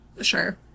Sure